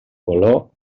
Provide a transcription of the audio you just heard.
color